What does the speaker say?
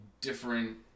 different